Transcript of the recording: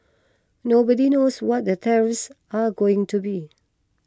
nobody knows what the tariffs are going to be